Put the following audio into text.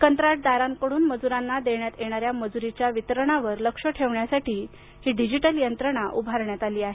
कंत्राटदारांकडून मजुरांना देण्यात येणाऱ्या मजुरीच्या वितरणावर लक्ष ठेवण्यासाठी ही डिजिटल यंत्रणा उभारण्यात आली आहे